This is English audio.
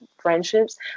friendships